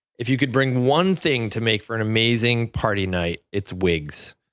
if you could bring one thing to make for an amazing party night, it's wigs,